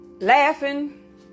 Laughing